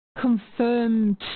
confirmed